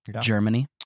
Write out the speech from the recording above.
Germany